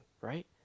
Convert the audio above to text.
right